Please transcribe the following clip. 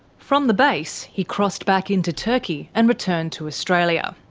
from the base, he crossed back into turkey, and returned to australia.